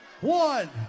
One